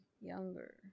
younger